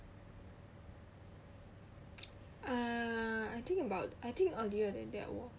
uh I think about I think earlier than that lor